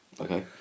Okay